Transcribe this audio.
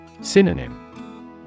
Synonym